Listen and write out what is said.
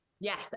Yes